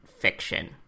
fiction